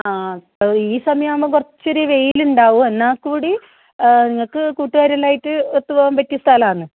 ആ ഈ സമയം ആകുമ്പോൾ കുറച്ചൊരു വെയില് ഉണ്ടാവും എന്നാൽ കൂടി നിങ്ങൾക്ക് കൂട്ടുകാര് എല്ലാം ആയിട്ട് ഒത്തു പോവാൻ പറ്റിയ സ്ഥലം ആണ്